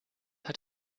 hat